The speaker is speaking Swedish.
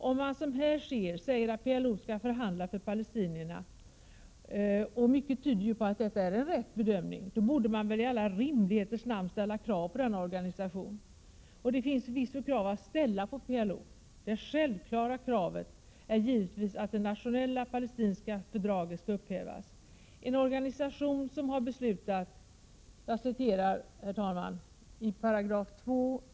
Om man som här säger att PLO skall förhandla för palestinierna, och mycket tyder ju på att det är en riktig bedömning, då borde man väl i alla rimligheters namn ställa krav på denna organisation. Och det finns förvisso krav att ställa på PLO. Det självklara kravet är givetvis att Det nationella palestinska fördraget skall upphävas. En organisation som har beslutat följande kan inte legitimeras genom att dess ledare gör uttalanden om att man godkänner alla FN:s resolutioner.